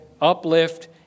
uplift